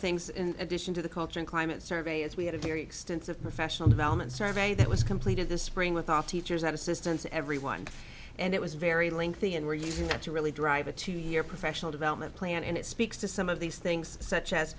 things in addition to the culture and climate survey as we had a very extensive professional development survey that was completed this spring with our teachers that assistance everyone and it was very lengthy and we're using that to really drive a two year professional development plan and it speaks to some of these things such as